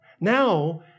Now